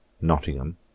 Nottingham